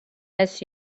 miss